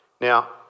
Now